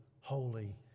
holy